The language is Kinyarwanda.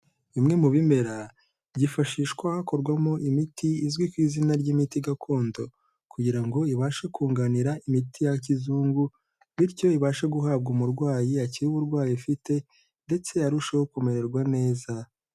Bimwe mu bimera byifashishwa hakorwamo imiti izwi ku izina ry'imiti gakondo, kugira ngo ibashe kunganira imiti ya kizungu, bityo ibashe guhabwa umurwayi akire uburwayi afite ndetse arusheho kumererwa neza.